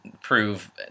prove